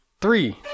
three